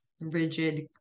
rigid